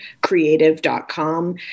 creative.com